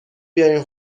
بیارین